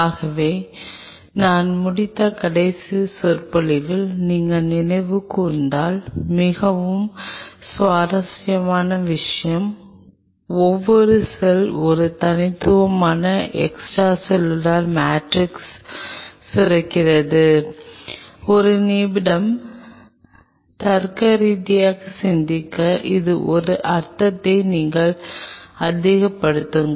ஆகவே நான் முடித்த கடைசி சொற்பொழிவில் நீங்கள் நினைவு கூர்ந்தால் மிகவும் சுவாரஸ்யமான விஷயம் ஒவ்வொரு செல் ஒரு தனித்துவமான எக்ஸ்ட்ரா செல்லுலார் மேட்ரிக்ஸ் சுரக்கிறது ஒரு நிமிடம் தர்க்கரீதியாக சிந்திக்க இது ஒரு அர்த்தத்தை நீங்கள் அதிகப்படுத்துங்கள்